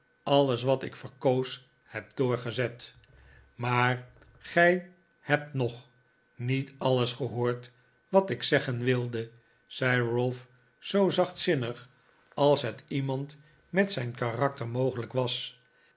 alles wat ik verkoos heb doorgezet maar gij hebt nog niet alles gehoord wat ik zeggen wilde zei ralph zoo zachtzinnig als het iemand met zijn karakter mogelijk was